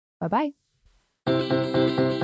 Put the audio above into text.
Bye-bye